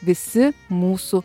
visi mūsų